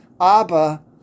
Abba